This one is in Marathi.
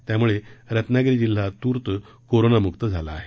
त्यामुळे रत्नागिरी जिल्हा तूर्त कोरोनामुक्त झाला आहे